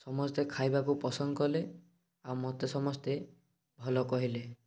ସମସ୍ତେ ଖାଇବାକୁ ପସନ୍ଦ କଲେ ଆଉ ମୋତେ ସମସ୍ତେ ଭଲ କହିଲେ